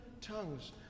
tongues